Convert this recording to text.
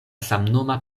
samnoma